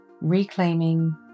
Reclaiming